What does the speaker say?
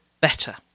better